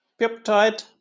peptide